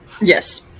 Yes